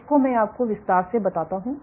इसको मैं आपको विस्तार से बताता हूँ